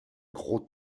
gros